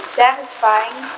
satisfying